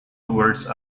towards